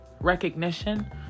recognition